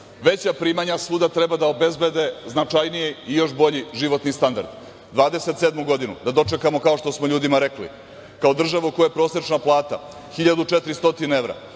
veća primanja svuda treba da obezbede značajniji i još bolji životni standard. Da 2027. godinu dočekamo kao što smo ljudima rekli, kao država u kojoj je prosečna plata 1400 evra,